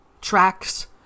tracks